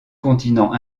continent